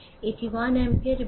সুতরাং এটি 1 অ্যাম্পিয়ার